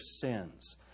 sins